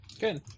Good